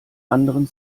anderen